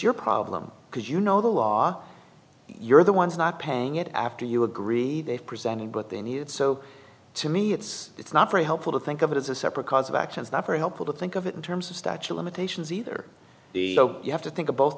your problem because you know the law you're the ones not paying it after you agree they've presented what they need so to me it's it's not very helpful to think of it as a separate cause of actions not very helpful to think of it in terms of statue limitations either so you have to think of both